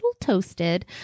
toasted